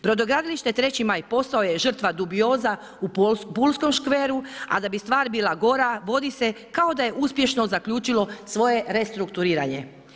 Brodogradilište Treći Maj postao je žrtva dubioza u Pulskom škveru a da bi stvar bila gora vodi se kao da je uspješno zaključilo svoje restrukturiranje.